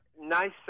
Nice